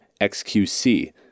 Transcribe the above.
XQC